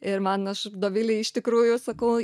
ir man aš dovilei iš tikrųjų sakau